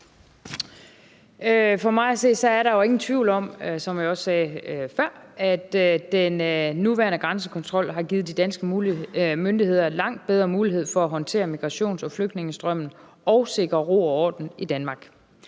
For mig at se er der ingen tvivl om, som jeg også sagde før, at den nuværende grænsekontrol har givet de danske myndigheder langt bedre mulighed for at håndtere migrations- og flygtningestrømmen og sikre ro og orden i Danmark.